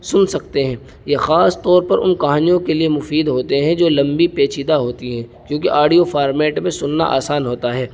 سن سکتے ہیں یہ خاص طور پر ان کہانیوں کے لیے مفید ہوتے ہیں جو لمبی پیچیدہ ہوتی ہیں کیونکہ آڈیو فارمیٹ میں سننا آسان ہوتا ہے